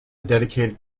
dedicated